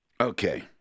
Okay